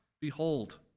Behold